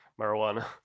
marijuana